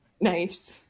Nice